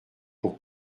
pour